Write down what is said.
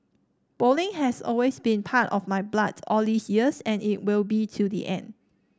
bowling has always been part of my blood all these years and it will be till the end